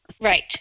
Right